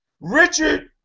Richard